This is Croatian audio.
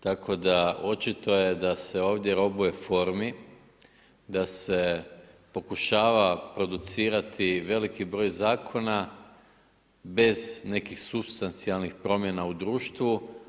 Tako da očito je da se ovdje robuje formi, da se pokušava producirati veliki broj zakona bez nekih supstancijalnih promjena u društvu.